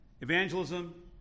evangelism